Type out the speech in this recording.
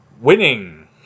winning